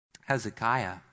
Hezekiah